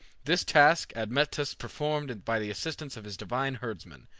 this task admetus performed by the assistance of his divine herdsman,